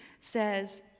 says